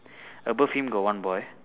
above him got one boy